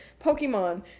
Pokemon